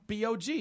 BOG